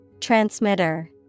Transmitter